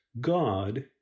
God